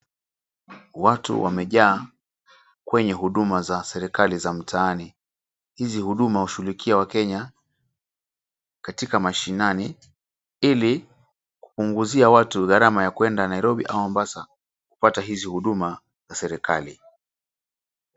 Watu wamejaa kwenye huduma za serikali za mtaani hizi huduma hushughulikia wakenya katika mashinani ili kupunguzia watu gharama ya kwenda Nairobi au Mombasa kupata hizi huduma za serikali.